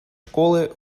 школы